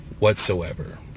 whatsoever